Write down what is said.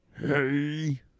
hey